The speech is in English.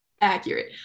accurate